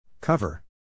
Cover